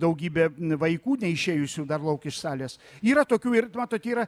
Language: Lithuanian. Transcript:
daugybė vaikų neišėjusių dar lauk iš salės yra tokių ir matot yra